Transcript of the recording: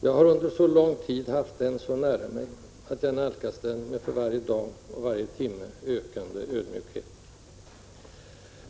Jag har under så lång tid haft den frågan så nära mig att jag nalkas den med för varje dag och varje timme ökande ödmjukhet.